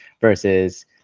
versus